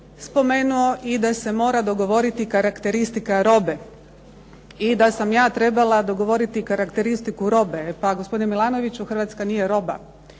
spomenuo i da se mora dogoditi karakteristika robe. I da sam ja trebala dogovoriti karakteristiku robe. Pa gospodine Milanoviću Hrvatska nije roba.